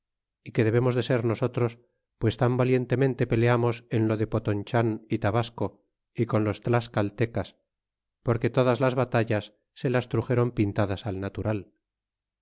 y que debemos de ser nosotros pues tan valientemente pe eamos en lo de pontonchan y tabasco y con los tlascaltecas porque todas las batallas se las truxéron pintadas al natural